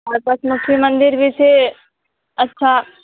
आर पासमे शिव मन्दिर भी छै अच्छा